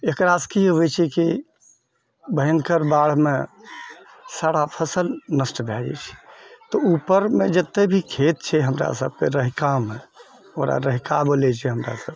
एकरासँ की होइ छै कि भयङ्कर बाढ़िमे सारा फसल नष्ट भऽ जाइ छै तऽ उपरमे जते भी खेत छै हमरा सबके रहिकामे ओकरा रहिका बोलै छिए हमरासब